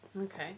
Okay